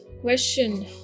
question